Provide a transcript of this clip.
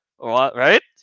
right